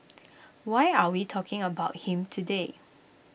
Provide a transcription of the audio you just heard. why are we talking about him today